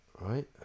right